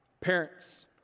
Parents